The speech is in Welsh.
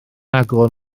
agor